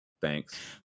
Thanks